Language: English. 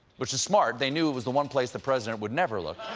which is smart they knew it was the one place the president would never look.